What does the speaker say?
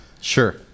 Sure